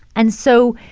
and so